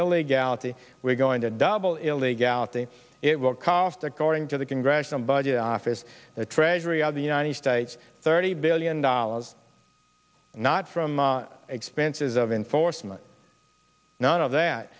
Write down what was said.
illegality we're going to double illegality it will cost according to the congressional budget office the treasury of the united states thirty billion dollars not from expenses of enforcement none of that